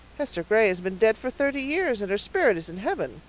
hester gray has been dead for thirty years and her spirit is in heaven.